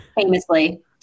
famously